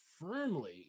firmly